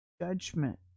judgment